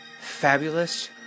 fabulous